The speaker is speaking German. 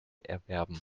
erwerben